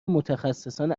متخصصان